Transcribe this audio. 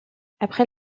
après